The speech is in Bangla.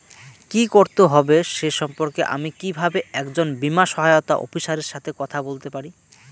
কী করতে হবে সে সম্পর্কে আমি কীভাবে একজন বীমা সহায়তা অফিসারের সাথে কথা বলতে পারি?